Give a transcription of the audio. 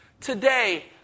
today